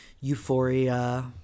Euphoria